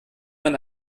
man